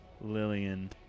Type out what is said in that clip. Lillian